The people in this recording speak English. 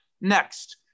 Next